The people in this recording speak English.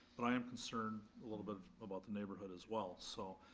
but i am concerned a little bit about the neighborhood as well, so,